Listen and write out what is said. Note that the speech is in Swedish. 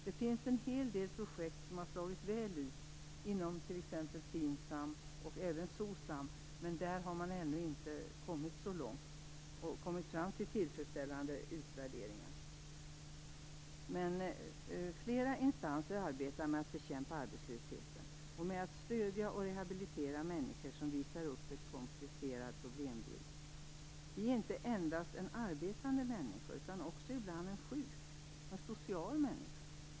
Det finns en hel del projekt som har slagit väl ut inom t.ex. FINSAM och även SOCSAM, även om man där ännu inte kommit fram till tillfredsställande utvärderingar. Flera instanser arbetar med att bekämpa arbetslösheten och med att stödja och rehabilitera människor som visar upp en komplicerad problembild. Vi är inte endast arbetande människor utan ibland också sjuka människor.